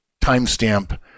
timestamp